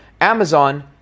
Amazon